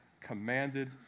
commanded